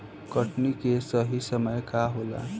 कटनी के सही समय का होला?